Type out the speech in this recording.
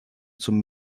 zum